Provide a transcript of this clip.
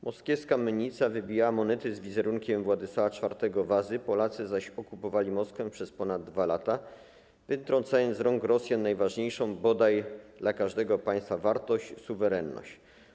Moskiewska mennica wybijała monety z wizerunkiem Władysława IV Wazy, Polacy zaś okupowali Moskwę przez ponad 2 lata, wytrącając z rąk Rosjan najważniejszą bodaj dla każdego państwa wartość - suwerenność.